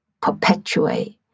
perpetuate